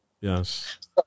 Yes